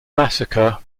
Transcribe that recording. massacre